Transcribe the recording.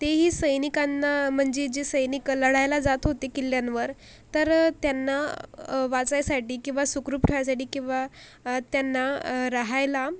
ते ही सैनिकांना म्हणजे जे सैनिक लढायला जात होते किल्ल्यांवर तर त्यांना वाचायसाठी किंवा सुखरूप ठेवायसाठी किंवा त्यांना राहायला